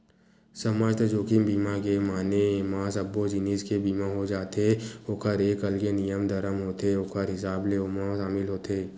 समस्त जोखिम बीमा के माने एमा सब्बो जिनिस के बीमा हो जाथे ओखर एक अलगे नियम धरम होथे ओखर हिसाब ले ओमा सामिल होथे